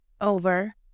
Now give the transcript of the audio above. over